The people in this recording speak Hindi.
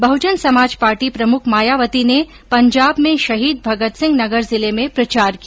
बहुजन समाज पार्टी प्रमुख मायावती ने पंजाब में शहीद भगत सिंह नगर जिले में प्रचार किया